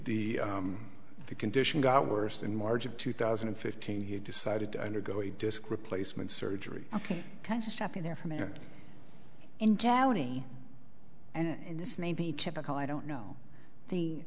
he is the condition got worse in march of two thousand and fifteen he decided to undergo a disc replacement surgery ok kinds of stuff in there from him in county and this may be typical i don't know the